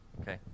okay